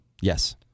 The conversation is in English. Yes